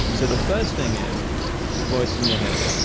so the first thing is voice in your head.